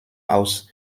aus